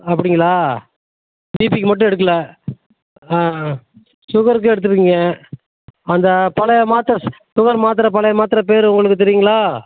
அப்டிங்களா பீபிக்கு மட்டும் எடுக்கலை ஷுகருக்கு எடுத்துருக்கீங்க அந்த பழைய மாத்திரை ஷுகர் மாத்திரை பழைய மாத்திரை பேர் உங்களுக்கு தெரியும்களா